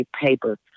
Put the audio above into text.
papers